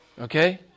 Okay